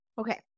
okay